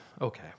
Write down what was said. okay